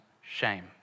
shame